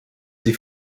die